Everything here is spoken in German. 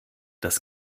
das